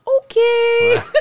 okay